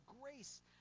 grace